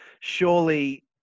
surely